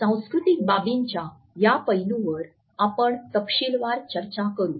सांस्कृतिक बाबींच्या या पैलूवर आपण तपशीलवार चर्चा करू